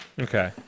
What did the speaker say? Okay